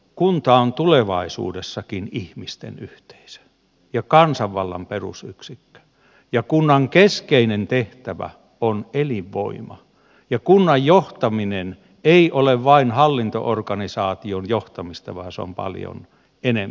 kunta on tulevaisuudessakin ihmisten yhteisö ja kansanvallan perusyksikkö ja kunnan keskeinen tehtävä on elinvoima ja kunnan johtaminen ei ole vain hallinto organisaation johtamista vaan se on paljon enemmän